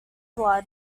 blood